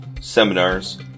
seminars